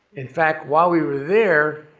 in fact, while we were there,